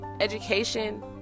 education